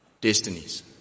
destinies